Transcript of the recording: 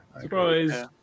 Surprise